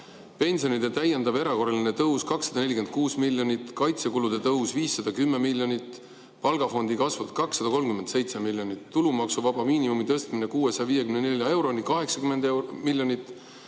pensionide täiendav erakorraline tõus – 246 miljonit; kaitsekulude tõus – 510 miljonit; palgafondi kasv – 237 miljonit; tulumaksuvaba miinimumi tõstmine 654 euroni – 80 miljonit;